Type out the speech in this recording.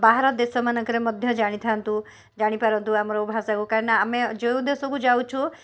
ବାହାର ଦେଶମାନଙ୍କରେ ମଧ୍ୟ ଜାଣିଥାନ୍ତୁ ଜାଣିପାରନ୍ତୁ ଆମର ଭାଷାକୁ କାହିଁକିନା ଆମେ ଯେଉଁ ଦେଶକୁ ଯାଉଛୁ